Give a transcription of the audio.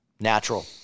Natural